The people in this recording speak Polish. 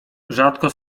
rzadko